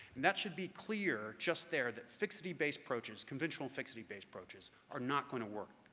and that should be clear just there, that fixity-based approaches, conventional fixity-based approaches are not going to work,